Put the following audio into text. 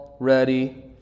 ready